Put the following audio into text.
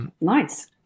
nice